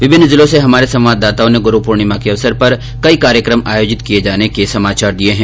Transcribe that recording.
विभिन्न जिलों से हमारे संवाददाताओं ने गुरू पूर्णिमा के अवसर पर कई कार्यकम आयोजित किये जाने के समाचार दिये है